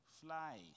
Fly